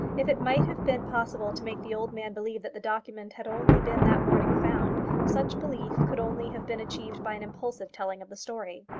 if it might have been possible to make the old man believe that the document had only been that morning found, such belief could only have been achieved by an impulsive telling of the story.